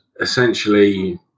essentially